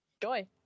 Joy